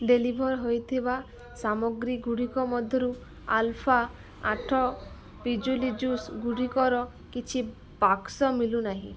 deliver ହୋଇଥିବା ସାମଗ୍ରୀ ଗୁଡ଼ିକ ମଧ୍ୟରୁ ଆଲ୍ଫା ଆଠ ପିଜୁଳି ଜୁସ୍ ଗୁଡ଼ିକର କିଛି ବାକ୍ସ ମିଳୁନାହିଁ